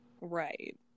Right